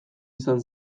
izan